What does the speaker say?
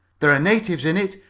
there are natives in it,